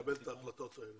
לקבל את ההחלטות האלה,